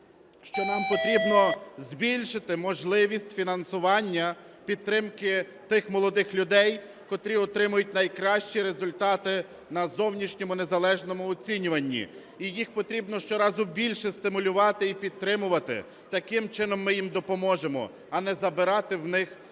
що нам потрібно збільшити можливість фінансування підтримки тих молодих людей, котрі отримують найкращі результати на зовнішньому незалежному оцінюванні. І їх потрібно щоразу більше стимулювати, і підтримувати, таким чином ми їм допоможемо, а не забирати у них премії.